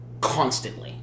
constantly